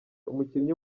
umukinnyi